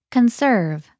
conserve